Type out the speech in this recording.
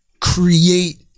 create